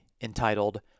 entitled